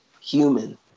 human